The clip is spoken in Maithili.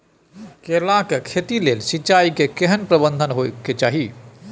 केला के खेती के लेल सिंचाई के केहेन प्रबंध होबय के चाही?